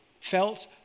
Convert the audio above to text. felt